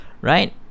right